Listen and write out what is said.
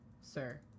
sir